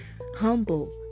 humble